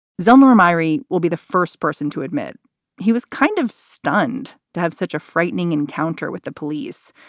zelnorm irey will be the first person to admit he was kind of stunned to have such a frightening encounter with the police.